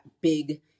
big